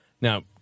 Now